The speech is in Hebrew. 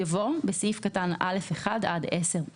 יבוא "בסעיף קטן (א)(1) עד (10),